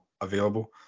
available